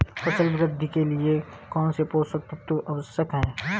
फसल वृद्धि के लिए कौनसे पोषक तत्व आवश्यक हैं?